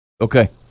Okay